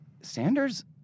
Sanders